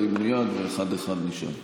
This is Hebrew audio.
תרימו יד, ונשאל אחד-אחד.